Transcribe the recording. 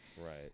Right